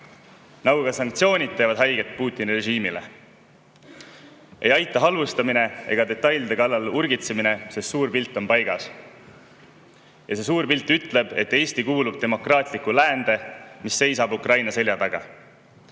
nagu ka sanktsioonid teevad haiget Putini režiimile. Ei aita halvustamine ega detailide kallal urgitsemine, sest suur pilt on paigas. Ja see suur pilt ütleb, et Eesti kuulub demokraatlikku läände, mis seisab Ukraina selja taga.